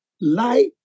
light